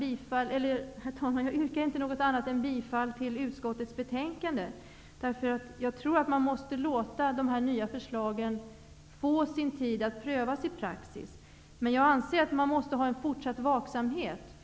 Jag yrkar inte något annat än bifall till utskottets hemställan. Man måste ge de nya förslagen tid att prövas i praktiken. Men jag anser att man måste ha en fortsatt vaksamhet.